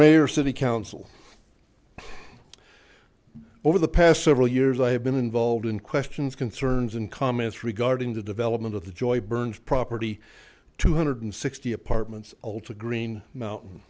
mayor city council over the past several years i have been involved in questions concerns and comments regarding the development of the joy burns property two hundred sixty apartments all to green mountain